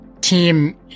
Team